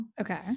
Okay